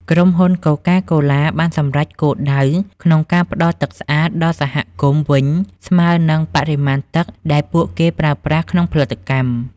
ក្រុមហ៊ុន កូកាកូឡា បានសម្រេចគោលដៅក្នុងការផ្តល់ទឹកស្អាតដល់សហគមន៍វិញ ស្មើនឹងបរិមាណទឹកដែលពួកគេប្រើប្រាស់ក្នុងផលិតកម្ម។